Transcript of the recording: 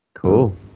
Cool